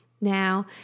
Now